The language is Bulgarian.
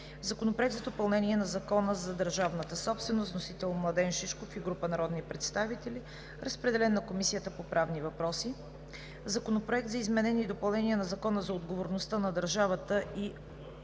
Законопроект за допълнение на Закона за държавната собственост. Вносители – Младен Шишков и група народни представители. Водеща е Комисията по правни въпроси. Законопроект за изменение и допълнение на Закона за отговорността на държавата и